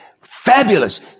Fabulous